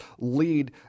lead